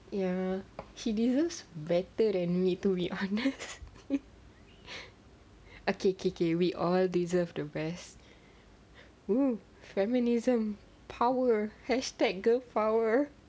ya she deserves better than me to be honest okay K K we all deserve the best !woo! feminism power hashtag girl power